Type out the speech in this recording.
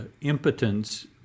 impotence